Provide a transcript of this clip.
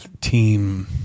team